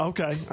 Okay